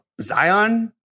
Zion